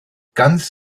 ganz